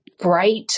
Bright